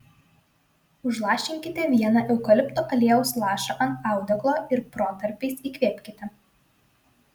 užlašinkite vieną eukalipto aliejaus lašą ant audeklo ir protarpiais įkvėpkite